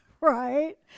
right